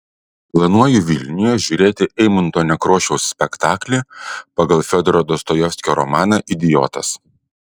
planuoju vilniuje žiūrėti eimunto nekrošiaus spektaklį pagal fiodoro dostojevskio romaną idiotas